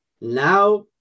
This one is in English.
Now